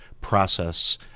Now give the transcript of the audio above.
process